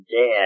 dead